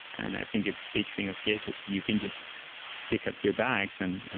and i think a big thing of git is you can just pick up your bags, and